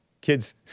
kids